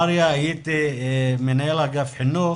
מריה, הייתי מנהל אגף חינוך